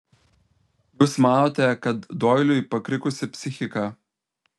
jūs manote kad doiliui pakrikusi psichika